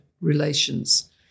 relations